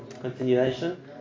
continuation